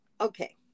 okay